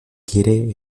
quiere